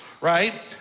right